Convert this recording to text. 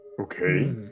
Okay